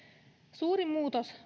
suuri muutos